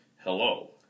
Hello